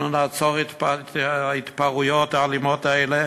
נעצור את ההתפרעויות האלימות האלה,